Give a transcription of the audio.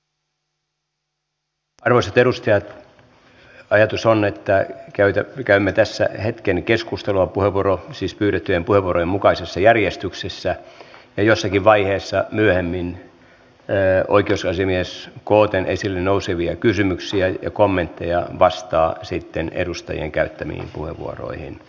arvoisat edustajat ajatus on että käymme tässä hetken keskustelua pyydettyjen puheenvuorojen mukaisessa järjestyksessä ja jossakin vaiheessa myöhemmin oikeusasiamies kooten esille nousevia kysymyksiä ja kommentteja vastaa sitten edustajien käyttämiin puheenvuoroihin